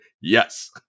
yes